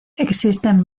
existen